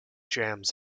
jams